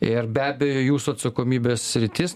ir be abejo jūsų atsakomybės sritis